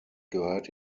gehört